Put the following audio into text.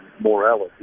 morality